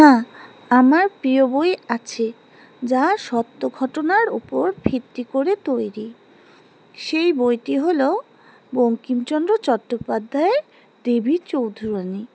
হ্যাঁ আমার প্রিয় বই আছে যা সত্য ঘটনার উপর ভিত্তি করে তৈরি সেই বইটি হলো বঙ্কিমচন্দ্র চট্টোপাধ্যায়ের দেবী চৌধুরানী